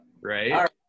right